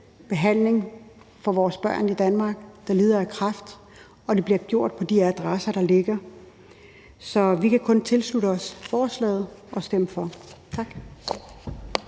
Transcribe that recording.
behandling for vores børn, der lider af kræft, i Danmark, og at det bliver gjort på de adresser, der ligger. Så vi kan kun tilslutte os forslaget og stemme for. Tak.